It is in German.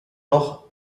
noch